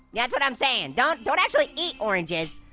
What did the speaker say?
that's what i'm saying. don't don't actually eat oranges.